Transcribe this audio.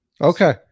Okay